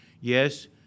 yes